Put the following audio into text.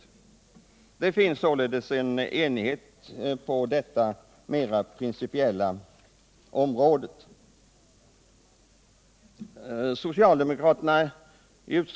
Det finns således en enighet på detta mera principiella område.